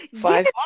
Five